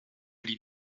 lie